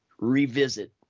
revisit